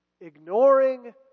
Ignoring